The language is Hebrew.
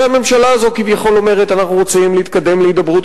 הרי הממשלה הזו כביכול אומרת: אנחנו רוצים להתקדם להידברות